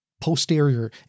posterior